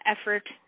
effort